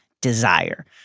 desire